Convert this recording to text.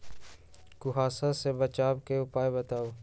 कुहासा से बचाव के उपाय बताऊ?